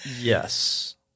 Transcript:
Yes